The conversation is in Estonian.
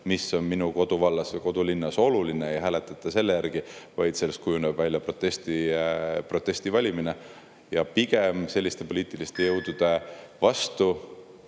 mis on minu koduvallas või kodulinnas oluline, ei hääletata selle järgi, vaid kujuneb välja protestivalimine. Pigem ollakse selliste poliitiliste jõudude vastu,